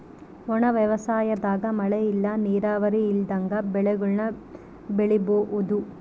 ಒಣ ವ್ಯವಸಾಯದಾಗ ಮಳೆ ಇಲ್ಲ ನೀರಾವರಿ ಇಲ್ದಂಗ ಬೆಳೆಗುಳ್ನ ಬೆಳಿಬೋಒದು